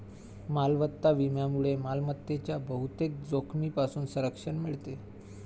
मालमत्ता विम्यामुळे मालमत्तेच्या बहुतेक जोखमींपासून संरक्षण मिळते